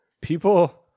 People